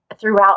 throughout